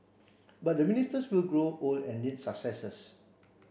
but the ministers will grow old and need successors